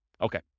Okay